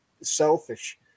selfish